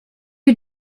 you